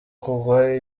kugwa